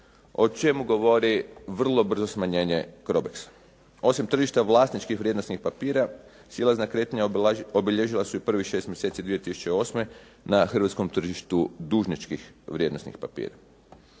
o čemu govori vrlo brzo smanjenje …/Govornik se ne razumije./… osim tržišta vlasničkih vrijednosnih papira, silazna kretanja obilježila su i prvih 6 mjeseci 2008. na hrvatskom tržištu dužničkih vrijednosnih papira.